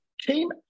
came